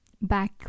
Back